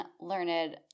learned